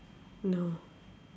no